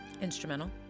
instrumental